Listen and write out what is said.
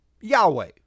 Yahweh